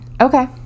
Okay